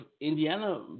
Indiana